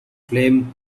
flame